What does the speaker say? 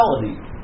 reality